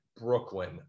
Brooklyn